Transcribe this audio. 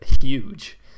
huge